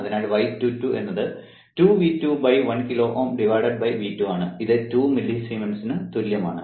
അതിനാൽ y22 എന്നത് 2 V2 1 kilo Ω V2 ആണ് ഇത് 2 മില്ലിസീമെൻസിന് തുല്യമാണ്